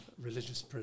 religious